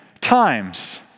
times